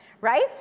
right